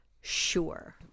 Sure